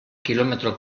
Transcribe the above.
kilometro